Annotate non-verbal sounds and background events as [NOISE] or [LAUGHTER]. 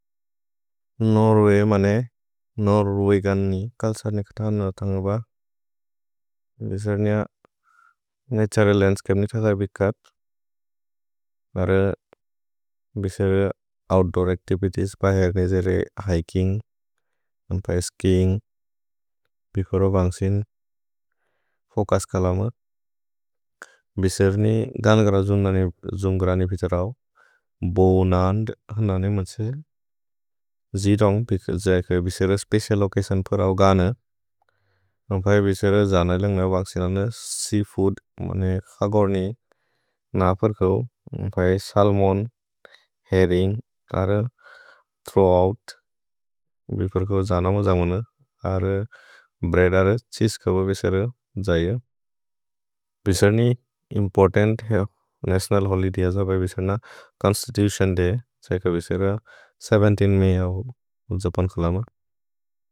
Norwegian नि कल्सर्नि कत हनु अतन्ग ब [HESITATION] बिसेर्निअ नतुरल् लन्द्स्चपे नि तज बिकब्। [HESITATION] भर बिसेर्निअ ओउत्दूर् अच्तिवितिएस् प हेर्नेजे रे हिकिन्ग् [HESITATION] अन्प ए स्कीन्ग्। भिफोरो बन्सिन् फोकस् कलम [HESITATION] बिसेर्निअ गन्गर जुन्दनि जुन्द्ग्रनि फितरौ बोनन्द् हन ने मन्से। [HESITATION] जिदोन्ग् जय्के [HESITATION] बिसेर स्पेचिअल् ओच्चसिओन् परौ गन अन्प ए [HESITATION] बिसेर जन इलन्ग् न बन्सिन् अन्द सेअफूद् मने। खगोर्नि न फर्कौ अन्प ए [HESITATION] सल्मोन्, हेर्रिन्ग् अर थ्रोव् ओउत्। [HESITATION] भिफोर्कौ जनम जमन अर ब्रेअद् अर छीसे कब बिसेर जय। [HESITATION] भिसेर्नि important national holiday constitution [HESITATION] day जय्के बिसेर सेवेन्तीन् मय् जपन् कलम।